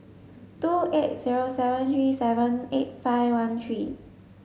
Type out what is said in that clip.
two eight zero seven three seven eight five one three